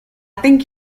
think